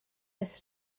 ers